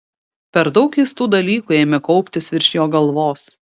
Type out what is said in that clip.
per daug keistų dalykų ėmė kauptis virš jo galvos